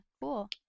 cool